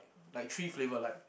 like three flavour like